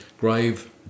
grave